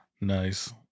Nice